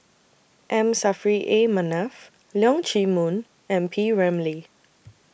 M Saffri A Manaf Leong Chee Mun and P Ramlee